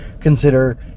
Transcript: consider